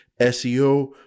SEO